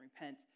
repent